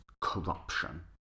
corruption